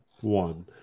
one